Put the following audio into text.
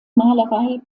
malerei